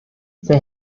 they